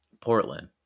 Portland